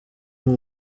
uwo